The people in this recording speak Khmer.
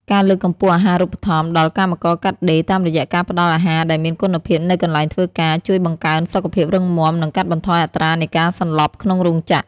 ការលើកកម្ពស់អាហារូបត្ថម្ភដល់កម្មករកាត់ដេរ តាមរយៈការផ្ដល់អាហារដែលមានគុណភាពនៅកន្លែងធ្វើការ ជួយបង្កើនសុខភាពរឹងមាំ និងកាត់បន្ថយអត្រានៃការសន្លប់ក្នុងរោងចក្រ។